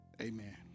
amen